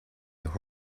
those